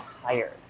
tired